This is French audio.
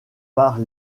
par